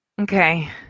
Okay